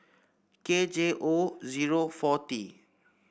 K J O zero four T